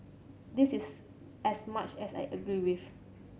this is as much as I agree with